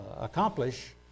accomplish